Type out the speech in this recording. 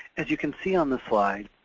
as you can see on the slide,